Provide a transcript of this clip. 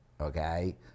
okay